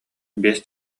биэс